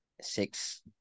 six